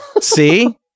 See